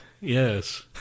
yes